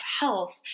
health